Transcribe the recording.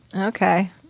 okay